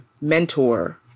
mentor